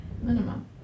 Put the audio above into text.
minimum